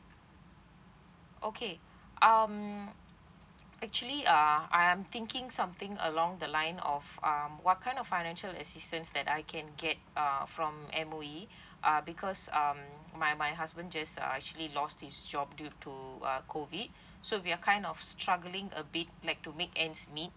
okay um actually uh I am thinking something along the line of um what kind of financial assistance that I can get uh from M_O_E uh because um my my husband just uh actually lost his job due to uh COVID so we are kind of struggling a bit like to make ends meet